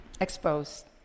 exposed